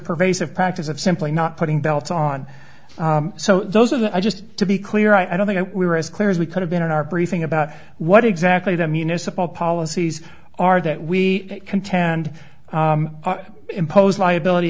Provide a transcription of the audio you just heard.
pervasive practice of simply not putting belts on so those are the i just to be clear i don't think we were as clear as we could have been in our briefing about what exactly the municipal policies are that we contend impose liability